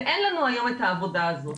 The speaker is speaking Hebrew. ואין לנו היום את העבודה הזאת.